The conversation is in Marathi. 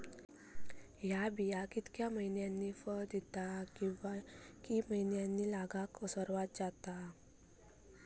हया बिया कितक्या मैन्यानी फळ दिता कीवा की मैन्यानी लागाक सर्वात जाता?